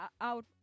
out